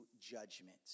judgment